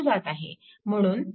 म्हणून 4A